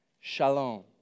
shalom